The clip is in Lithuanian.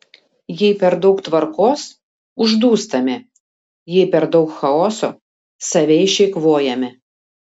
jei per daug tvarkos uždūstame jei per daug chaoso save išeikvojame